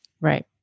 Right